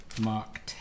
Mark